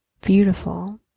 beautiful